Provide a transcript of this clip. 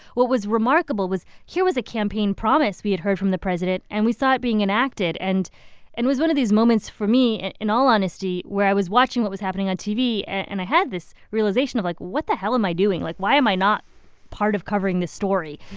what was remarkable was here was a campaign promise we had heard from the president and we saw it being enacted. and it and was one of these moments for me, and in all honesty, where i was watching what was happening on tv, and i had this realization of, like, what the hell am i doing? like, why am i not part of covering this story?